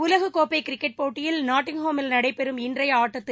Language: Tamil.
உலகக் கோப்பை கிரிக்கெட் போட்டியில் நாட்டிங்காமில் நடைபெறும் இன்றைய ஆட்டத்தில்